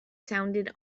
sounded